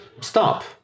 stop